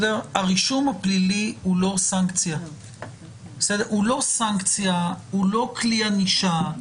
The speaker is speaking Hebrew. הרישום הפלילי הוא לא סנקציה והוא לא כלי ענישה.